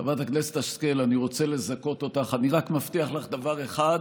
אדוני, אני רוצה שוב לברך אותך בברכת הצלחה.